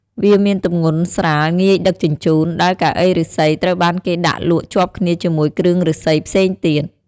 វាមានទំងន់ស្រាលងាយដឹកជញ្ជូន ដែលកៅអីឫស្សីត្រូវបានគេដាក់លក់ជាប់គ្នាជាមួយគ្រឿងឫស្សីផ្សេងទៀត។